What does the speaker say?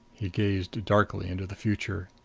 he gazed darkly into the future.